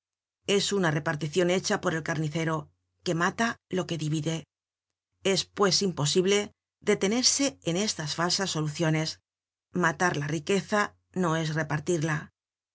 es una reparticion hecha por el carnicero que mata lo que divide es pues imposible detenerse en estas falsas soluciones matar la riqueza no es repartirla